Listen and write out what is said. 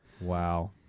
Wow